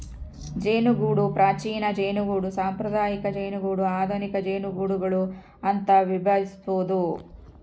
ಜೇನುಗೂಡು ಪ್ರಾಚೀನ ಜೇನುಗೂಡು ಸಾಂಪ್ರದಾಯಿಕ ಜೇನುಗೂಡು ಆಧುನಿಕ ಜೇನುಗೂಡುಗಳು ಅಂತ ವಿಭಜಿಸ್ಬೋದು